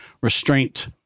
restraint